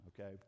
okay